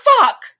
fuck